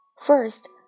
First